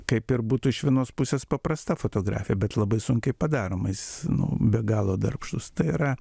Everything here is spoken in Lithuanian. kaip ir būtų iš vienos pusės paprasta fotografija bet labai sunkiai padaroma jis nu be galo darbštūs tai yra